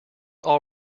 all